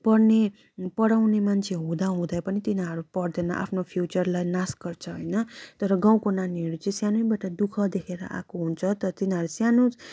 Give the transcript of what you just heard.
पढ्ने पढाउने मान्छे हुँदा हुँदै पनि तिनीहरू पढ्दैन आफ्नो फ्युचरलाई नाश गर्छ होइन तर गाउँको नानीहरू चाहिँ सानैबाट दु ख देखेर आएको हुन्छ त तिनीहरू सानो